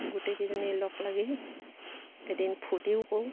গোটেইকেইজনী লগ লাগি এদিন ফূৰ্তিও কৰোঁ